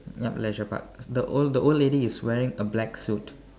yup leisure park the old the old lady is wearing a black suit